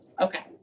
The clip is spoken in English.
Okay